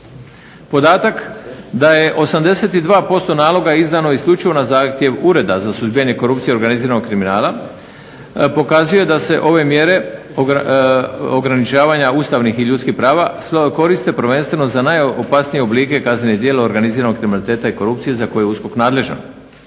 Podatak da je 82% naloga izdano isključivo na zahtjev Ureda za suzbijanje korupcije i organiziranog kriminala pokazuje da se ove mjere ograničavanja ustavnih i ljudskih prava koriste prvenstveno za najopasnije oblike kaznenih djela organiziranog kriminaliteta i korupcije za koje je USKOK nadležan.